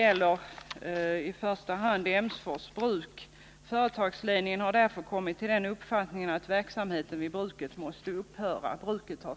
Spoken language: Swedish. När det först gäller Emsfors bruk sägs det: ”Företagsledningen har därför kommit till den uppfattningen att verksamheten vid bruket måste upphöra.